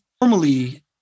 Normally